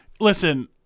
listen